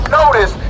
notice